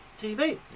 TV